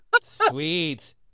Sweet